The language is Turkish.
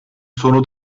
sonu